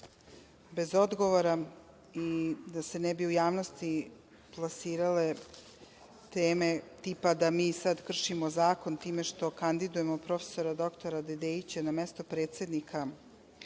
bez odgovora i da se ne bi u javnosti plasirale teme tipa da mi sada kršimo zakon time što kandidujemo prof. dr Dedeića na mesto predsednika za